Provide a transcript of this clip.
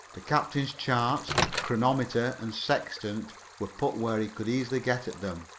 the captain's charts, chronometer and sextant were put where he could easily get at them,